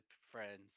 friends